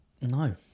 No